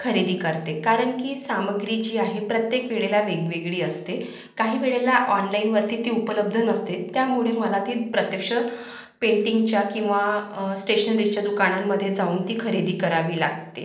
खरेदी करते कारण की सामग्री जी आहे प्रत्येक वेळेला वेगवेगळी असते काही वेळेला ऑणलाईनवरती ती उपलब्ध नसते त्यामुळे मला ती प्रत्यक्ष पेंटिंगच्या किंवा स्टेशनरीच्या दुकानांमध्ये जाऊन ती खरेदी करावी लागते